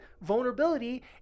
vulnerability